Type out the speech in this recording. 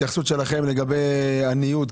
התייחסותכם לגבי הניוד,